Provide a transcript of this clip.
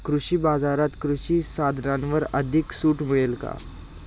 कृषी बाजारात कृषी साधनांवर अधिक सूट मिळेल का?